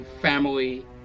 family